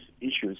issues